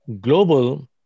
global